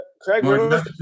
Craig